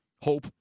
hope